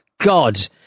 God